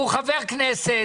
הוא חבר כנסת.